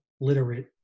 literate